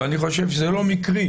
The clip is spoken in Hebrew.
ואני חושב שזה לא מקרי,